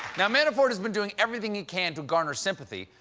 and manafort has been doing everything he can to garner sympathy.